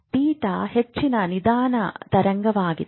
theta ಹೆಚ್ಚಿನ ನಿಧಾನ ತರಂಗವಾಗಿದೆ